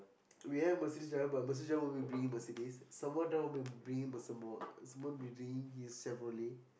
we have Mercedes driver but Mercedes driver will bringing Mercedes someone else will be bringing Mers~ Sembawang Sembawang will be bringing his Chevrolet